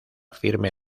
firme